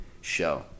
show